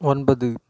ஒன்பது